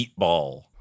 meatball